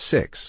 Six